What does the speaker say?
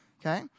okay